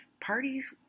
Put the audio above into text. parties